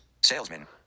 Salesman